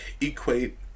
equate